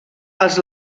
els